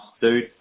Dude